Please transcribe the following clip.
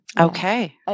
Okay